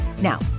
Now